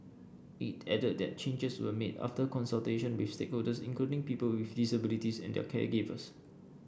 it added that changes were made after consultation with stakeholders including people with disabilities and their caregivers